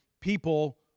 people